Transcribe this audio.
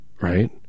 right